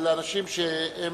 אשר התייחסו.